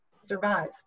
survive